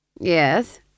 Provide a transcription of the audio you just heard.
Yes